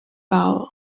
bowl